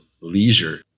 leisure